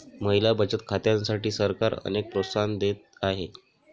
महिला बचत खात्यांसाठी सरकार अनेक प्रोत्साहन देत आहे